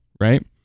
right